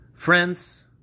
Friends